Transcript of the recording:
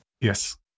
Yes